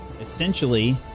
essentially